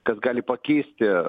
kas gali pakeisti